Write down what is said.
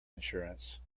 insurance